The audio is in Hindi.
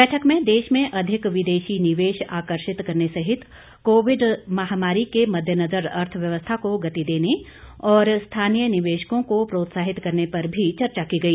बैठक में देश में अधिक विदेशी निवेश आकर्षित करने सहित कोविड महामारी के मद्देनजर अर्थव्यवस्था को गति देने और स्थानीय निवेशकों को प्रोत्साहित करने पर भी चर्चा की गई